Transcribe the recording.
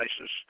Isis